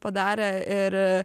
padarė ir